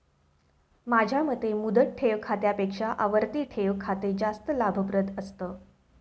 माझ्या मते मुदत ठेव खात्यापेक्षा आवर्ती ठेव खाते जास्त लाभप्रद असतं